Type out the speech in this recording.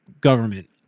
government